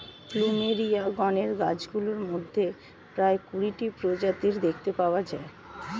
plumeria গণের গাছগুলির মধ্যে প্রায় কুড়িটি প্রজাতি দেখতে পাওয়া যায়